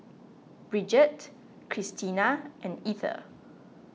Brigette Cristina and Ether